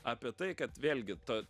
apie tai kad vėlgi ta